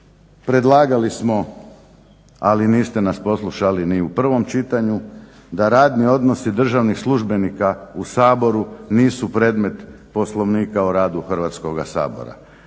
Predlagali smo, ali niste nas poslušali ni u prvom čitanju, da radni odnosi državnih službenika u Saboru nisu predmet Poslovnika o radu Hrvatskoga sabora.